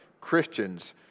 Christians